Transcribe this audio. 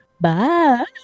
Bye